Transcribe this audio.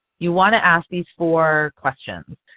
you want to ask these four questions.